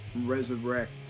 resurrect